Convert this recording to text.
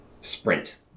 sprint